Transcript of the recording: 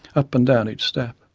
up and down each step.